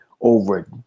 over